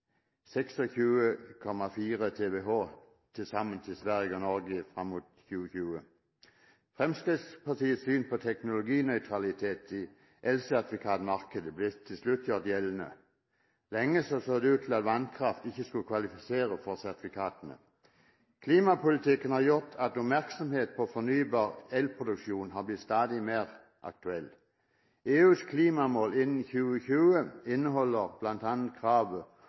TWh til sammen til Sverige og Norge fram mot 2020. Fremskrittspartiets syn på teknologinøytralitet i elsertifikatmarkedet ble til slutt gjort gjeldende. Lenge så det ut til at vannkraft ikke skulle kvalifisere for sertifikatene. Klimapolitikken har gjort at oppmerksomhet på fornybar elproduksjon har blitt stadig mer aktuell. EUs klimamål innen 2020 inneholder